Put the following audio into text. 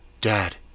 dad